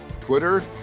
Twitter